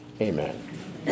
amen